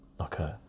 okay